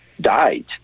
died